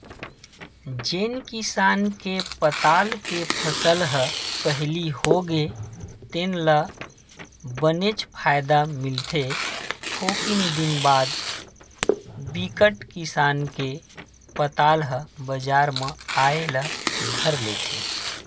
जेन किसान के पताल के फसल ह पहिली होगे तेन ल बनेच फायदा मिलथे थोकिन दिन बाद बिकट किसान के पताल ह बजार म आए ल धर लेथे